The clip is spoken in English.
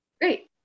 Great